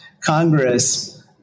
Congress